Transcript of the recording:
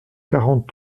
quarante